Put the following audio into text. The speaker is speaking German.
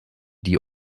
die